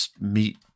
meet